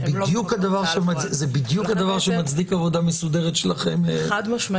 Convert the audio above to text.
--- זה בדיוק הדבר שמצדיק עבודה מסודרת שלכם --- חד משמעית.